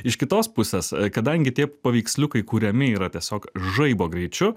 iš kitos pusės kadangi tie paveiksliukai kuriami yra tiesiog žaibo greičiu